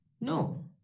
No